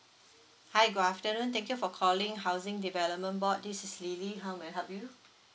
hi good afternoon thank you for calling housing development board this is lily how may I help you